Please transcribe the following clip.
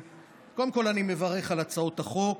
קודם כול, אני מברך על הצעות החוק